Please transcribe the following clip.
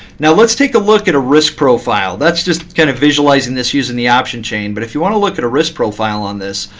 now let's take a look at a risk profile. let's just kind of visualizing this using the option chain. but if you to look at a risk profile on this,